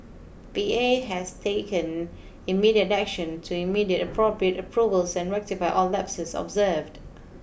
P A has taken immediate action to immediate appropriate approvals and rectify all lapses observed